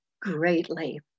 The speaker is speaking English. greatly